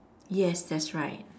yes that's right